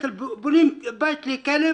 עם 50,000 שקל אפשר לבנות מלונה לכלב?